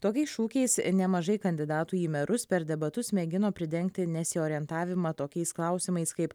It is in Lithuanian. tokiais šūkiais nemažai kandidatų į merus per debatus mėgino pridengti nesiorientavimą tokiais klausimais kaip